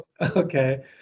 okay